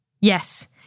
Yes